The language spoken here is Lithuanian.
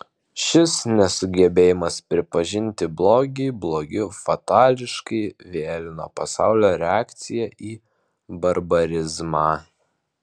šis nesugebėjimas pripažinti blogį blogiu fatališkai vėlino pasaulio reakciją į barbarizmą